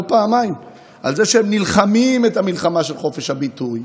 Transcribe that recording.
פעמיים בזה שהם נלחמים את המלחמה של חופש הביטוי,